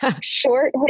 Short